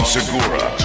Segura